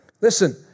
Listen